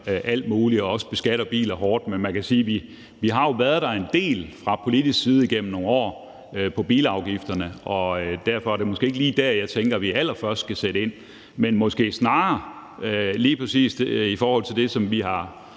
alt muligt og også beskatter biler hårdt, men man kan sige, at vi gennem nogle år har været der en del fra politisk side, hvad angår bilafgifterne, og derfor er det måske ikke lige der, jeg tænker at vi allerførst skal sætte ind. Det er måske snarere lige præcis i forhold til det, som vi har